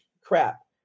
crap